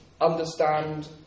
understand